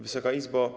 Wysoka Izbo!